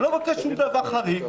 אני לא מבקש שום דבר חריג,